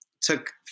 took